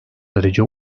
derece